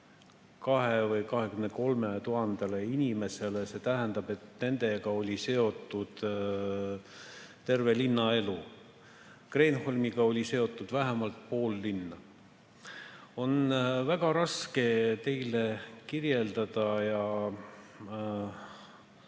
000 või 23 000 inimesele. See tähendab, et nendega oli seotud terve linna elu. Kreenholmiga oli seotud vähemalt pool linna. On väga raske teile kirjeldada ja